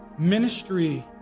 Ministry